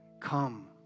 come